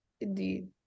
indeed